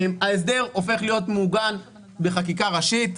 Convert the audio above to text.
ההסדר הופך להיות מעוגן בחקיקה ראשית,